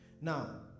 Now